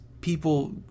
people